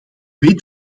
weet